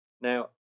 now